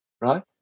right